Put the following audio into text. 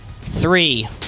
three